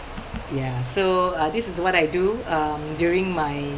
ya so uh this is what I do um during my